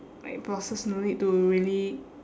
like bosses no need to really